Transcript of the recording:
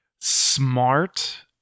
smart